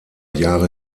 jahre